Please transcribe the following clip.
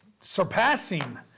surpassing